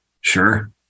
Sure